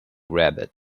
rabbit